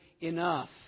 enough